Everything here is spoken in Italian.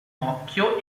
occhio